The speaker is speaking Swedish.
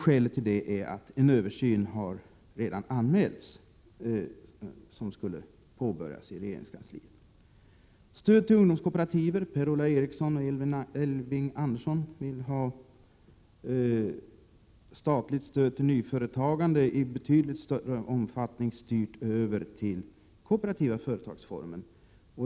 Skälet är att det redan har anmälts att en översyn skall påbörjas i regeringskansliet. Nästa reservation gäller stöd till ungdomskooperativ. Per-Ola Eriksson och Elving Andersson vill att statligt stöd till nyföretagande i betydligt större omfattning skall styras över till den kooperativa företagsformen.